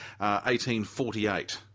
1848